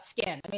skin